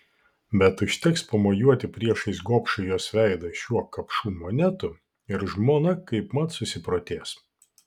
bet užteks pamojuoti priešais gobšų jos veidą šiuo kapšu monetų ir žmona kaipmat susiprotės